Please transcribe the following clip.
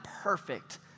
perfect